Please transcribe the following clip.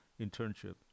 internship